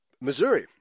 Missouri